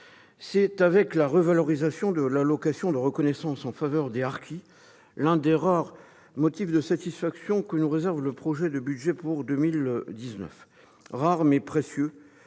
s'agit, avec la revalorisation de l'allocation de reconnaissance en faveur des harkis, de l'un des rares motifs de satisfaction que nous réserve le projet de budget pour 2019. Rare, mais précieux,